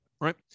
right